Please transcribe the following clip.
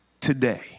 today